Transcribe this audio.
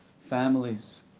families